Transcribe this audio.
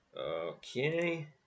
Okay